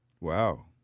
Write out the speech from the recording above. Wow